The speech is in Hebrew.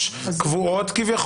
שלוש קבועות.